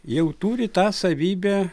jau turi tą savybę